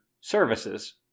services